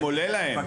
אם עולה להם.